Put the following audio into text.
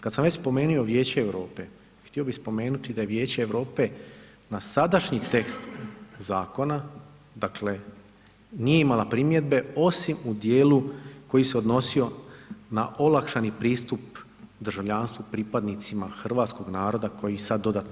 Kad sam već spomenuo Vijeće Europe htio bih spomenuti da je Vijeće Europe na sadašnji tekst zakona, dakle nije imala primjedbe osim u dijelu koji se odnosio na olakšani pristup državljanstvu pripadnicima hrvatskog naroda koji sad dodatno